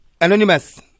Anonymous